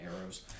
arrows